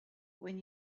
when